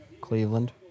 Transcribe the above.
Cleveland